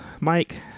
mike